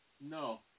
No